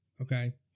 okay